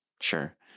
sure